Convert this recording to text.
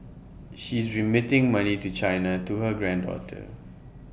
she's remitting money to China to her granddaughter